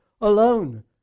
alone